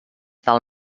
del